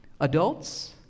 Adults